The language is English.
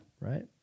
right